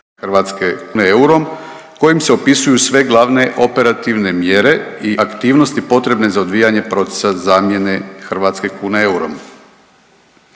hrvatske kune eurom kojim se opisuju sve glavne operativne mjere i aktivnosti potrebne za odvijanje procesa zamjene hrvatske kune eurom.